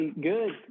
Good